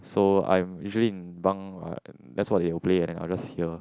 so I'm usually in bunk like that's what they'll play then I just hear